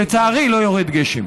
לצערי, לא יורד גשם.